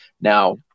Now